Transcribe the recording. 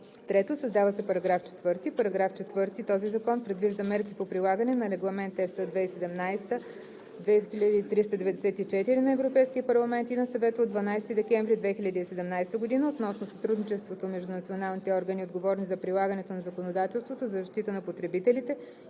3. Създава се § 4: „§ 4. Този закон предвижда мерки по прилагане на Регламент (ЕС) 2017/2394 на Европейския парламент и на Съвета от 12 декември 2017 г. относно сътрудничеството между националните органи, отговорни за прилагането на законодателството за защита на потребителите